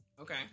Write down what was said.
Okay